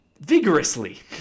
vigorously